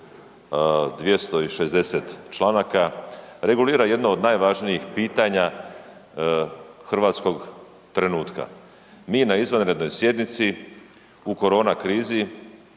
260 članaka, regulira jedno od najvažnijih pitanja hrvatskog trenutka. Mi na izvanrednoj sjednici u korona krizi,